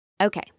Okay